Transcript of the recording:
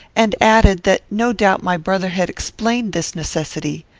and added, that no doubt my brother had explained this necessity.